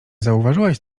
zauważyłeś